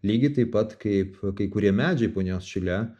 lygiai taip pat kaip kai kurie medžiai punios šile